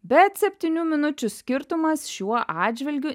bet septynių minučių skirtumas šiuo atžvilgiu